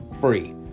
free